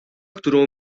którą